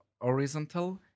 horizontal